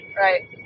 Right